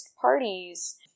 parties